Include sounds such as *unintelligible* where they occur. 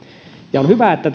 on hyvä että *unintelligible*